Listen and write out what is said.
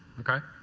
okay.